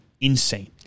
insane